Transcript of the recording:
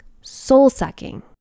Soul-sucking